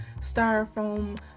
styrofoam